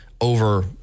over